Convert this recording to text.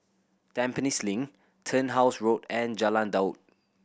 Tampines Link Turnhouse Road and Jalan Daud